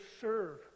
serve